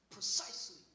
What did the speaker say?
Precisely